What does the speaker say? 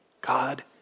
God